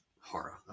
horror